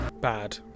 Bad